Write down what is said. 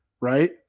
right